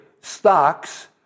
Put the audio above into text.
stocks